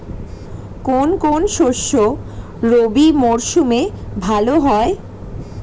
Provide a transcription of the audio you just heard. কোন কোন শস্য রবি মরশুমে ভালো হয়?